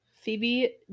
Phoebe